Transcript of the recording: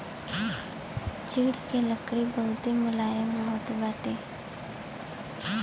चीड़ के लकड़ी बहुते मुलायम होत बाटे